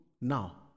now